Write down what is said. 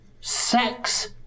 Sex